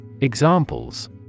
Examples